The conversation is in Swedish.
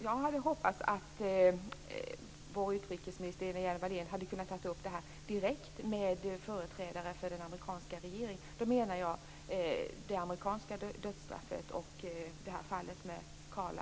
Jag hade hoppats att vår utrikesminister, Lena Hjelm-Wallén, hade kunnat ta upp det här direkt med företrädare för den amerikanska regeringen. Då menar jag det amerikanska dödsstraffet och fallet med Karla